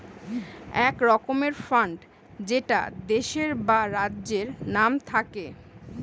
এক রকমের ফান্ড যেটা দেশের বা রাজ্যের নাম থাকে